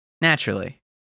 Naturally